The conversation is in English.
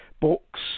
books